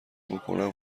بکنم